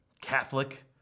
Catholic